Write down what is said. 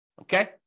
Okay